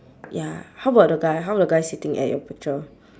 ya how about the guy how about the guy sitting at your picture